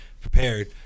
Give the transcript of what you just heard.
prepared